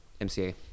MCA